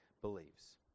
believes